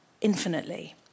infinitely